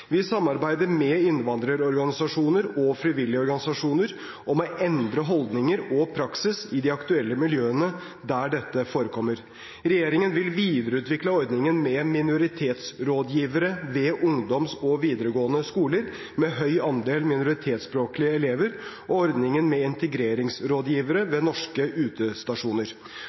Vi samarbeider med innvandrerorganisasjoner og frivillige organisasjoner om å endre holdninger og praksis i de aktuelle miljøene der dette forekommer. Regjeringen vil videreutvikle ordningen med minoritetsrådgivere ved ungdomsskoler og videregående skoler med høy andel minoritetsspråklige elever og ordningen med integreringsrådgivere ved norske